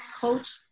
coach